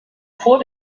vor